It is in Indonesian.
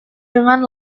dengan